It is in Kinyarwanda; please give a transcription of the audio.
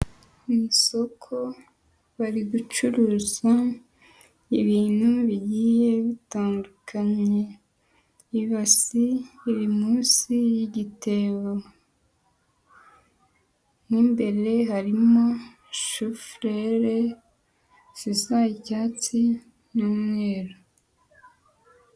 Ku isoko bari gucuruza ibintu bigiye bitandukanye; ibasi iri munsi y'igitebo, mu imbere harimo shufurere zisa icyatsi n'umweru.